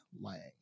Lang